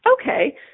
okay